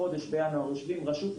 בינואר נשב עם כל רשות,